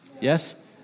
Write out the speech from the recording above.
Yes